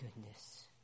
goodness